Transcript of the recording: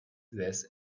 this